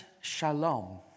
shalom